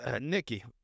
Nikki